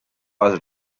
was